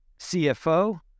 CFO